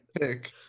pick